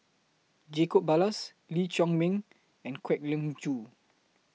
Jacob Ballas Lee Chiaw Meng and Kwek Leng Joo